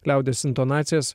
liaudies intonacijas